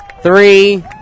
three